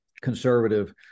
conservative